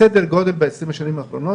כשסדר הגודל לכל ה-20 השנים האחרונות,